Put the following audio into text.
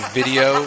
video